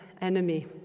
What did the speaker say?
enemy